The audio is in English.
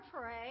pray